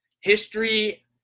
History